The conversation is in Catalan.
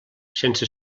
sense